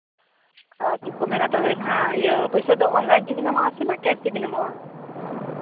ᱟᱨ ᱪᱮᱫ ᱠᱚ ᱢᱮᱱᱟ ᱛᱚᱵᱮ ᱱᱟᱦᱟᱸᱜ ᱤᱭᱟᱹ ᱯᱩᱭᱥᱟᱹ ᱫᱚ ᱚᱱᱞᱟᱭᱤᱱ ᱛᱮᱵᱮᱱ ᱮᱢᱚᱜ ᱟᱥᱮ ᱠᱮᱥ ᱛᱮᱵᱮᱱ ᱮᱢᱚᱜᱼᱟ